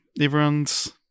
everyone's